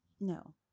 No